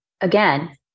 again